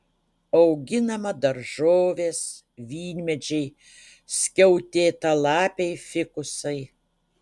auginama daržovės vynmedžiai skiautėtalapiai fikusai